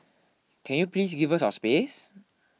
can you please give us our space